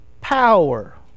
power